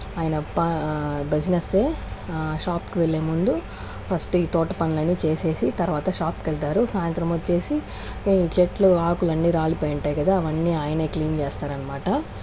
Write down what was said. ఆయన పా బిజనెస్ ఏ షాప్ కి వెళ్లే ముందు ఫస్ట్ ఈ తోట పనులన్నీ చేసేసి తర్వాత షాప్ కి వెళ్తారు సాయంత్రం వచ్చేసి ఈ చెట్లు ఆకులన్నీ రాలిపోయి ఉంటాయి కదా అవన్నీ ఆయనే క్లీన్ చేస్తారనమాట